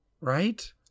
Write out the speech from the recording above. Right